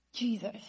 Jesus